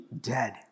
dead